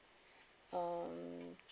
um